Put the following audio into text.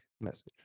message